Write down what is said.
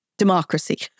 Democracy